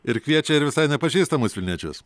ir kviečia ir visai nepažįstamus vilniečius